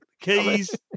keys